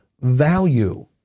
value